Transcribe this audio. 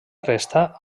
resta